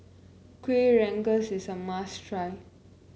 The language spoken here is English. Kuih Rengas is a must try